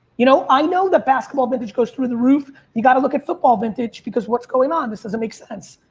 you know, i know that basketball vintage goes through the roof. you gotta look at football vintage because what's going on? this doesn't make sense.